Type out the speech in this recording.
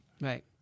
Right